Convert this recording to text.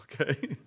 okay